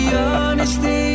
honesty